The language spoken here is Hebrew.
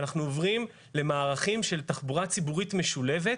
ואנחנו עוברים למערכים של תחבורה ציבורית משולבת,